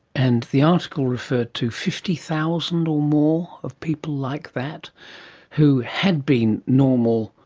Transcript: and the article referred to fifty thousand more of people like that who had been normal,